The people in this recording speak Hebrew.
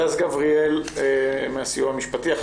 הדס גבריאל, הסיוע המשפטי, בבקשה.